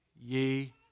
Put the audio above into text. ye